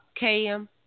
km